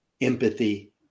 empathy